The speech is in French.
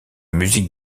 musique